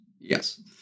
Yes